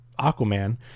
Aquaman